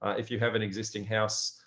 if you have an existing house